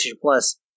plus